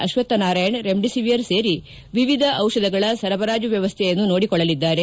Ashwathnarayan remdesivir ಸೇರಿ ವಿವಿಧ ದಿಷಧಗಳ ಸರಬರಾಜು ವ್ವವಸ್ಥೆಯನ್ನು ನೋಡಿಕೊಳ್ಳಲಿದ್ದಾರೆ